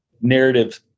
narrative